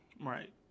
Right